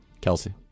Kelsey